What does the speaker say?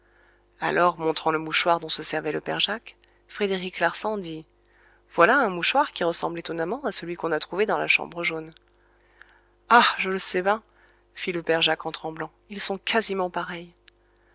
alors montrant le mouchoir dont se servait le père jacques frédéric larsan dit voilà un mouchoir qui ressemble étonnamment à celui qu'on a trouvé dans la chambre jaune ah je l'sais ben fit le père jacques en tremblant ils sont quasiment pareils